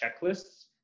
checklists